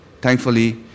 thankfully